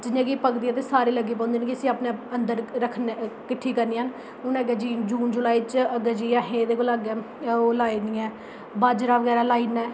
जियां कि पकदियां ते सारे लग्गी पौंदे न कि इसी अपने अंदर रक्खने किट्ठी करनियां हू'न अग्गें जून जुलाई एह्दे कोला असें अग्गें ओह् लाई दियां न बाजरा बगैरा लाई ओड़ना